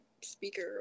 speaker